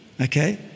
Okay